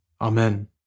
Amen